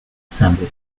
assembly